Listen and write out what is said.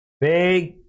Big